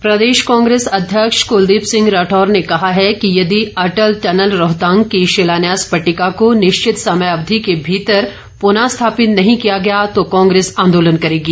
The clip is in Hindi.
राठौर प्रदेश कांग्रेस अध्यक्ष कुलदीप सिंह राठौर ने कहा है कि यदि अटल टनल रोहतांग की शिलान्यास पट्टिका को निश्चित समयावधि के भीतर प्रनःस्थापित नहीं किया गया तो कांग्रेस आन्दोलन करेगी